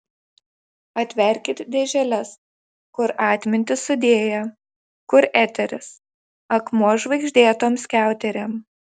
atverkit dėželes kur atmintį sudėję kur eteris akmuo žvaigždėtom skiauterėm